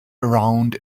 around